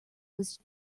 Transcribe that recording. was